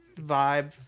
vibe